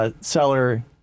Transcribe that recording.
Seller